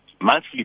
monthly